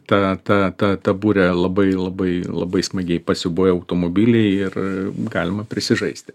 tą tą tą tą burę labai labai labai smagiai pasiūbuoja automobiliai ir galima prisižaisti